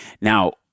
Now